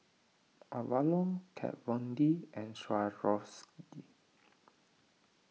Avalon Kat Von D and Swarovski